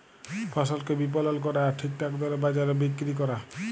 ফসলকে বিপলল ক্যরা আর ঠিকঠাক দরে বাজারে বিক্কিরি ক্যরা